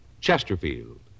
Chesterfield